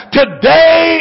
today